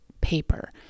paper